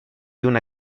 una